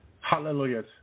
Hallelujah